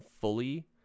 fully